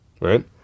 right